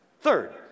Third